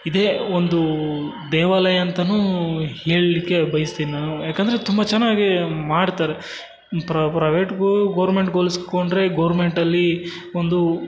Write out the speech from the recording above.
ಇದೇ ಒಂದು ದೇವಾಲಯ ಅಂತಾನೂ ಹೇಳಲಿಕ್ಕೆ ಬಯಸ್ತೀನಿ ನಾನು ಯಾಕಂದರೆ ತುಂಬ ಚೆನ್ನಾಗೀ ಮಾಡ್ತಾರೆ ಪ್ರವೇಟಿಗೂ ಗೋರ್ಮೆಂಟ್ಗೆ ಹೋಲಿಸ್ಕೊಂಡ್ರೆ ಗೋರ್ಮೆಂಟಲ್ಲಿ ಒಂದು